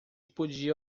podia